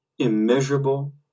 immeasurable